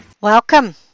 Welcome